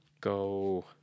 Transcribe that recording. go